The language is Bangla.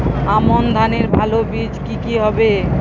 আমান ধানের ভালো বীজ কি কি হবে?